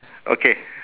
okay